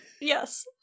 Yes